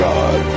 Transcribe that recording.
God